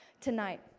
tonight